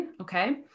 Okay